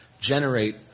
generate